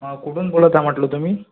हां कुठून बोलत आहे म्हटलं तुम्ही